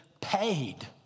paid